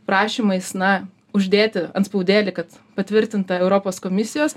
prašymais na uždėti antspaudėlį kad patvirtinta europos komisijos